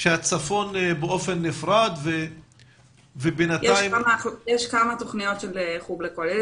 שהצפון באופן נפרד ובינתיים --- יש כמה תוכניות של חוג לכל ילד,